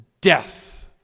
Death